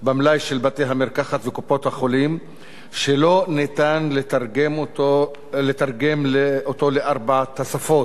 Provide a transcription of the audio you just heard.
במלאי של בתי-המרקחת וקופות-החולים שלא ניתן לתרגם לארבע השפות,